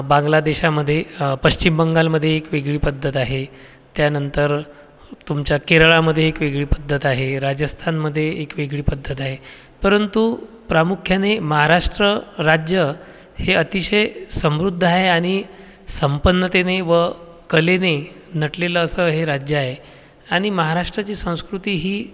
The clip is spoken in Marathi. बांगलादेशामध्ये पश्चिम बंगालमध्ये एक वेगवेगळी पद्धत आहे त्यानंतर तुमच्या केरळामध्ये एक वेगळी पद्धत आहे राजस्थानमध्ये एक वेगळी पद्धत आहे परंतु प्रामुख्याने महाराष्ट्र राज्यं हे अतिशय समृद्ध आहे आणि संपन्नतेने व कलेने नटलेलं असं हे राज्य आहे आणि महाराष्ट्राची संस्कृती ही